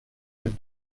had